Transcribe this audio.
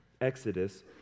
Exodus